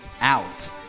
out